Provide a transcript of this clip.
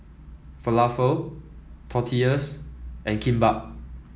Falafel Tortillas and Kimbap